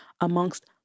amongst